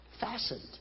fastened